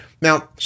Now